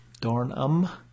Dornum